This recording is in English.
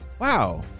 wow